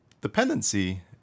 Dependency